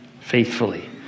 faithfully